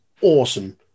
awesome